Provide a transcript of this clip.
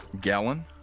Gallon